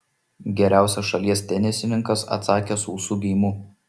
geriausias šalies tenisininkas atsakė sausu geimu